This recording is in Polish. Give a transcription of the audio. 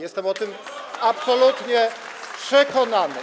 Jestem o tym absolutnie przekonany.